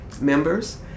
members